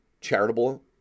charitable